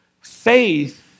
Faith